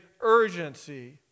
urgency